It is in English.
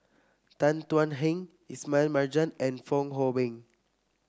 Tan Thuan Heng Ismail Marjan and Fong Hoe Beng